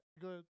good